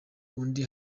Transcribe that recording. undi